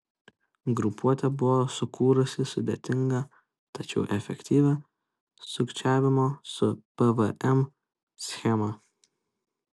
grupuotė buvo sukūrusi sudėtingą tačiau efektyvią sukčiavimo su pvm schemą